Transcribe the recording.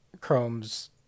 Chrome's